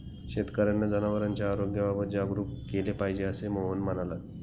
शेतकर्यांना जनावरांच्या आरोग्याबाबत जागरूक केले पाहिजे, असे मोहन म्हणाला